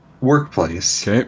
workplace